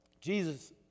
Jesus